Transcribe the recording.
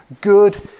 good